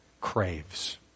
craves